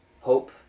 hope